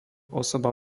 osoba